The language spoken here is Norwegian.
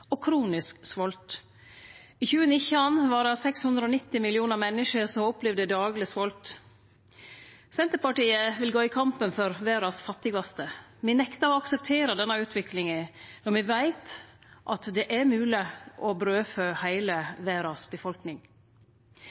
og kronisk svolt. I 2019 var det 690 millionar menneske som opplevde dagleg svolt. Senterpartiet vil gå i kampen for dei fattigaste i verda. Me nektar å akseptere denne utviklinga, når me veit at det er mogleg å brødfø heile